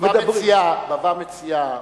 בבא מציעא,